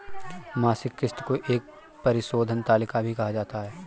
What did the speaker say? मासिक किस्त को एक परिशोधन तालिका भी कहा जाता है